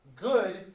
good